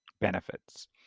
benefits